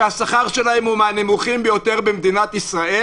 שהשכר שלהם הוא מהנמוכים ביותר במדינת ישראל,